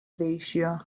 değişiyor